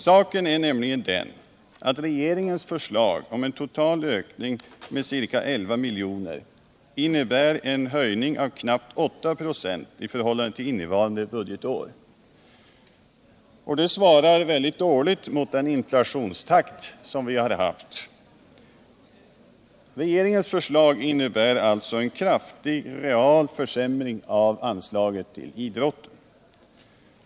Saken är nämligen den att regeringens förslag om en total ökning med ca 11 miljoner innebär en höjning med knappt 8 96 i förhållande till innevarande budgetår. Det svarar dåligt mot den inflationstakt vi har haft. Regeringens förslag innebär alltså en kraftig real försämring av anslaget till idrotten.